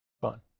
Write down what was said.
fun